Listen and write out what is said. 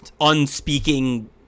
unspeaking